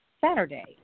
Saturday